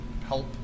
help